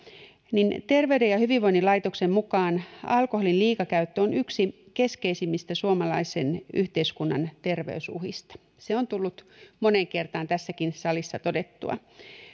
niin terveyden ja hyvinvoinnin laitoksen mukaan alkoholin liikakäyttö on yksi keskeisimmistä suomalaisen yhteiskunnan terveysuhista se on tullut moneen kertaan tässäkin salissa todettua